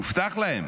הובטח להם